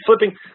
flipping